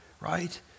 right